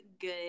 good